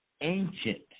ancient